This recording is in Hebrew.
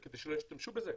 כדי שלא ישתמשו בזה?